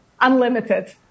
unlimited